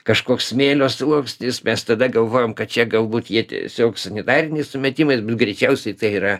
kažkoks smėlio sluoksnis mes tada galvojom kad čia galbūt jie tiesiog sanitariniais sumetimais bet greičiausiai tai yra